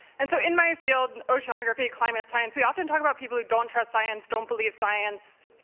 and so in my field, oceanography, climate science, we often talk about people who don't trust science, don't believe science,